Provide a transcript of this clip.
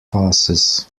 passes